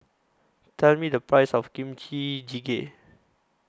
Tell Me The Price of Kimchi Jjigae